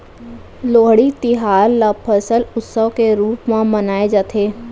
लोहड़ी तिहार ल फसल उत्सव के रूप म मनाए जाथे